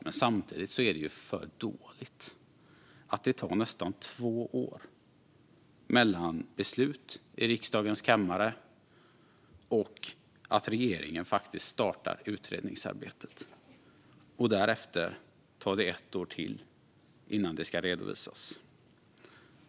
Men samtidigt är det för dåligt att det tar nästan två år från beslut i riksdagens kammare till att regeringen faktiskt startar utredningsarbetet och att det därefter tar ett år till innan det ska redovisas.